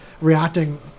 reacting